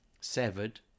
severed